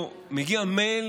מגיע מייל